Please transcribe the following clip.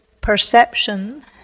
perception